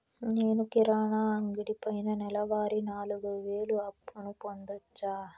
నేను కిరాణా అంగడి పైన నెలవారి నాలుగు వేలు అప్పును పొందొచ్చా?